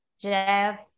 Jeff